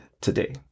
today